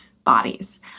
bodies